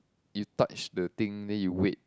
you touch the thing then you wait